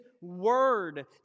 word